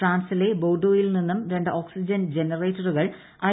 ഫ്രാൻസിലെ ബോർഡോയിൽ നിന്നും രണ്ട് ഓക്സിജൻ ജനറേറ്ററുകൾ ഐ